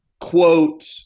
quote